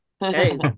hey